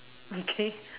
okay